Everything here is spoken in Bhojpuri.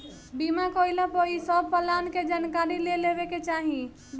बीमा कईला पअ इ सब प्लान के जानकारी ले लेवे के चाही